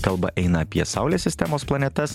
kalba eina apie saulės sistemos planetas